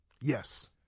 Yes